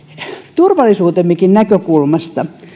turvallisuutemmekin näkökulmasta